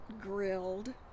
grilled